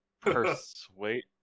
persuade